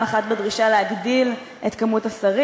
פעם אחת בדרישה להגדיל את כמות השרים.